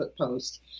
post